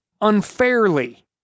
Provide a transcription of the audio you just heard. unfairly